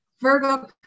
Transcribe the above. Virgo